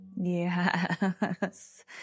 Yes